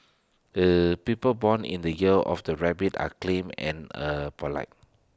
er people born in the year of the rabbit are clam and er polite